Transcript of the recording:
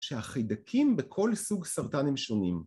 שהחידקים בכל סוג סרטן הם שונים.